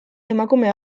emakume